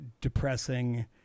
depressing